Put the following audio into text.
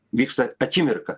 vyksta akimirka